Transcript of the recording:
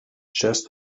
chest